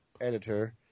Editor